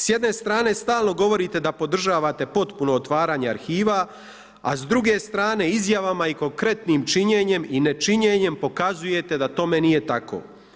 S jedne strane stalno govorite da podržavate potpuno otvaranje arhiva, a s druge strane izjavama i konkretnim činjenjem i ne činjenjem pokazujete da tome nije tako.